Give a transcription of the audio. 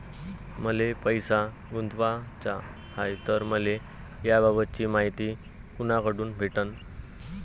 मले पैसा गुंतवाचा हाय तर मले याबाबतीची मायती कुनाकडून भेटन?